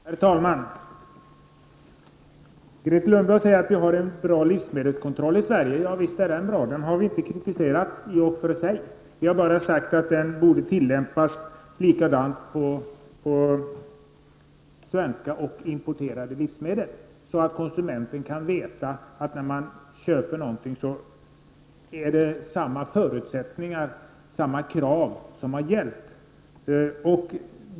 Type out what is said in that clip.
Herr talman! Grethe Lundblad säger att vi har en bra livsmedelskontroll. Ja visst är den bra, den har vi inte i och för sig kritiserat. Vi har sagt att den borde tillämpas lika på svenska och på importerade livsmedel, så att konsumenten när han köper någonting vet att det har ställts samma krav.